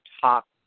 top